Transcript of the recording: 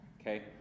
okay